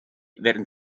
werden